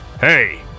Hey